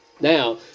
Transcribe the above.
Now